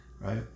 right